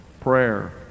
Prayer